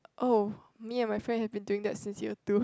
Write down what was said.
oh me and my friend have been doing that since year two